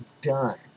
done